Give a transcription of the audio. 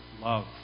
love